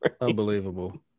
Unbelievable